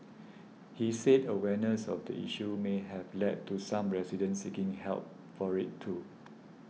he said awareness of the issue may have led to some residents seeking help for it too